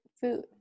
food